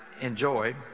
enjoy